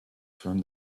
from